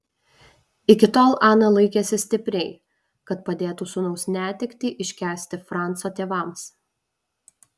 iki tol ana laikėsi stipriai kad padėtų sūnaus netektį iškęsti franco tėvams